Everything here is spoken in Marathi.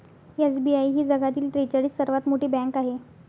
एस.बी.आय ही जगातील त्रेचाळीस सर्वात मोठी बँक आहे